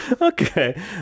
okay